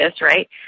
right